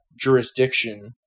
jurisdiction